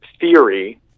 theory